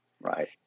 right